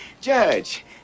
Judge